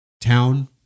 town